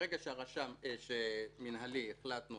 ברגע שמינהלית החלטנו